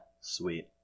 Sweet